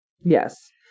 Yes